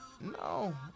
No